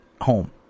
home